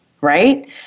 Right